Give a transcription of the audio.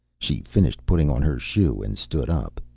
she finished putting on her shoe and stood up.